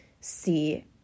see